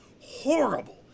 horrible